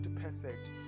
perfect